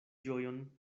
ĝojon